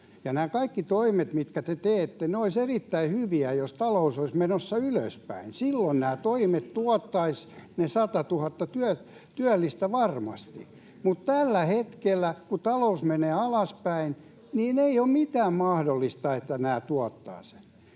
nämä kaikki toimet, mitkä te teette, olisivat erittäin hyviä, jos talous olisi menossa ylöspäin. [Krista Kiuru: Just näin, sopisivat aikaan! Nyt ne eivät sovi!] Silloin nämä toimet tuottaisivat ne 100 000 työllistä varmasti. Mutta tällä hetkellä, kun talous menee alaspäin, ei ole mitään mahdollisuutta, että nämä tuottavat sen.